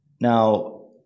Now